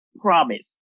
promise